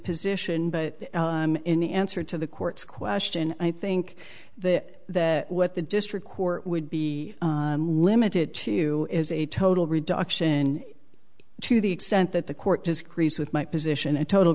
position but in answer to the court's question i think that what the district court would be limited to is a total reduction to the extent that the court disagrees with my position a total